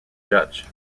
judge